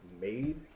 made